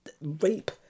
rape